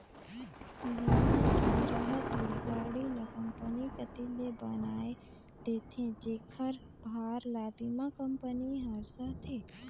बीमा के रहत ले गाड़ी ल कंपनी कति ले बनाये देथे जेखर भार ल बीमा कंपनी हर सहथे